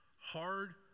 Hard